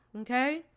okay